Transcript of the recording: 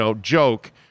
joke